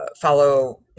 follow